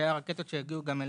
כשהיו רקטות שהיו גם אלינו.